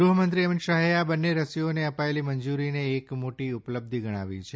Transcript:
ગૃહમંત્રી અમીત શાહે આ બંને રસીઓને અપાયેલી મંજુરીને એક મોટી ઉપલબ્ધી ગણાવી છે